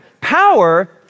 power